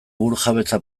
burujabetza